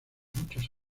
muchos